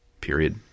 period